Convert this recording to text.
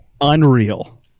unreal